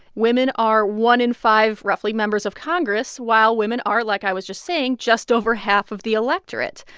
women are one in five, roughly, members of congress, while women are, like i was just saying, just over half of the electorate.